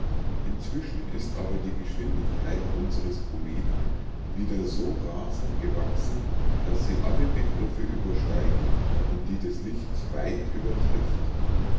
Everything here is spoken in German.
inzwischen ist aber die geschwindigkeit unsres kometen wieder so rasend gewachsen daß sie alle begriffe übersteigt und die des lichts weit übertrifft